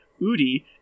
Udi